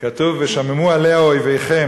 בתוכחה כתוב "ושממו עליה אֹיביכם".